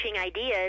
ideas